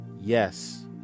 Yes